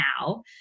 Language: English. now